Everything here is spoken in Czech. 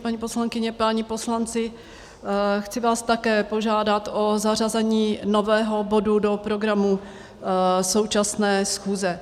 Paní poslankyně, páni poslanci, chci vás také požádat o zařazení nového bodu do programu současné schůze.